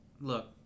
Look